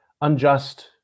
unjust